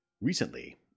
Recently